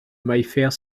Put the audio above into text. maillefert